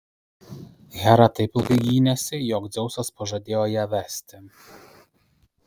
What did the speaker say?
hera taip ilgai gynėsi jog dzeusas pažadėjo ją vesti